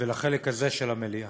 ולחלק הזה של המליאה.